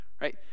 Right